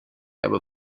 aber